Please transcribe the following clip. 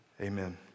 Amen